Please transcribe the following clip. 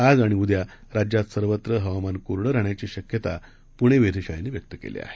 आज आणि उद्या राज्यात सर्वत्र हवामान कोरडं राहण्याची शक्यता पूणे वेधशाळेनं व्यक्त केली आहे